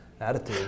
attitude